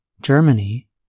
Germany